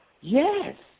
Yes